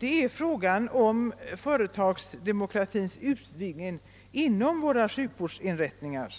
är frågan om företagsdemokratins utvidgning inom våra sjukvårdsinrättningar.